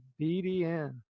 Bdn